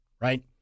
right